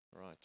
right